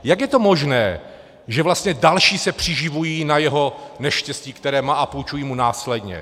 Jak je to možné, že vlastně další se přiživují na jeho neštěstí, které má, a půjčují mu následně?